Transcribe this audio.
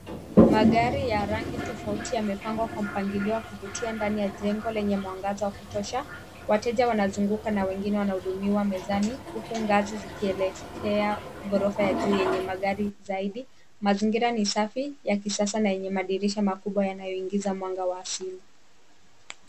Magari ya rangi tofauti yamepangwa kwa mpangilio wa kuvutia ndani ya jengo lenye mwangaza wa kutosha. Wateja wanazunguka na wengine wanahudumiwa mezani huku ngazi zikielekea ghorofa ya juu yenye magari zaidi. Mazingira ni safi, ya kisasa na yenye madirisha makubwa yanayoingiza mwanga wa asili.